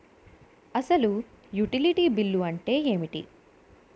అసలు utility bill అంతే ఎంటి?